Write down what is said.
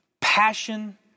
passion